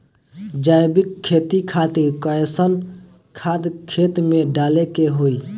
जैविक खेती खातिर कैसन खाद खेत मे डाले के होई?